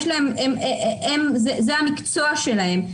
זה המקצוע שלהם.